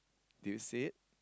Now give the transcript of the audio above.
do you see it